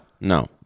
no